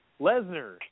Lesnar